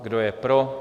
Kdo je pro?